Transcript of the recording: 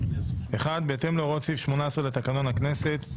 1.בהתאם להוראות סעיף 18 לתקנון הכנסת,